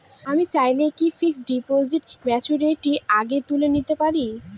আমি চাইলে কি ফিক্সড ডিপোজিট ম্যাচুরিটির আগেই তুলে নিতে পারি?